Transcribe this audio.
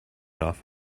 off